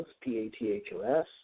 P-A-T-H-O-S